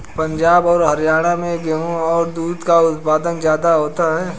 पंजाब और हरयाणा में गेहू और दूध का उत्पादन ज्यादा होता है